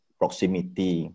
proximity